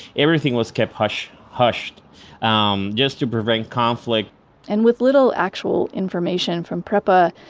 everything was kept hush hushed um just to prevent conflict and with little actual information from prepa,